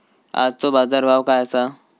आजचो बाजार भाव काय आसा?